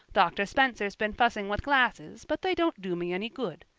doctor spencer's been fussing with glasses, but they don't do me any good.